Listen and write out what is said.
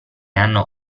hanno